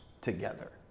together